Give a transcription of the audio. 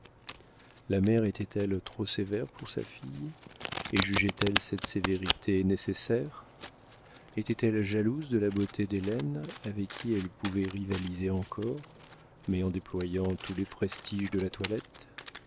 la mère était-elle trop sévère pour sa fille et jugeait elle cette sévérité nécessaire était-elle jalouse de la beauté d'hélène avec qui elle pouvait rivaliser encore mais en déployant tous les prestiges de la toilette